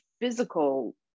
physical